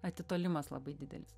atitolimas labai didelis